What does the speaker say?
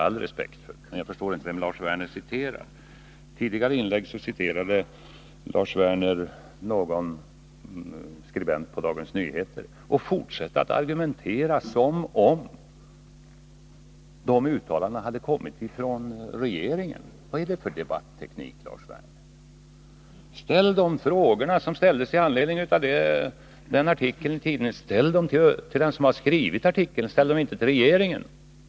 Iett tidigare inlägg citerade Lars Werner en skribent i Dagens Nyheter och fortsatte att argumentera som om de uttalandena hade kommit från regeringen. Vad är det för debatteknik, Lars Werner? Ställ de frågor som uppkommit i anledning av tidningsartikeln till den som skrivit artikeln, ställ dem inte till regeringen!